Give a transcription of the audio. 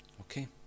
Okay